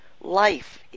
life